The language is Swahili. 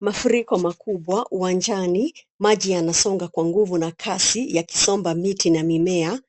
Mafuriko makubwa uwanjani, maji yamesonga kwa nguvu na kasi yakisomba miti na mimea.